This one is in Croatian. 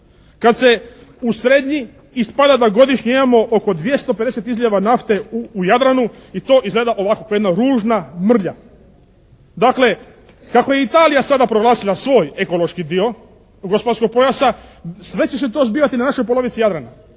Kad se usrednji ispada da godišnje imamo oko 250 izljeva nafte u Jadranu i to izgleda ovako kao jedna ružna mrlja. Dakle kako je Italija sada proglasila svoj ekološki dio gospodarskog pojasa sve će se to zbivati na našoj polovici Jadrana.